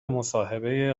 مصاحبه